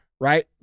Right